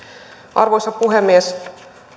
arvoisa puhemies